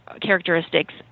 characteristics